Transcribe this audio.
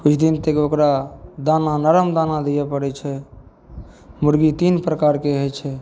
किछु दिन तक ओकरा दाना नरम दाना दिए पड़ै छै मुरगी तीन प्रकारके होइ छै